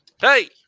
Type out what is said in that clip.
Hey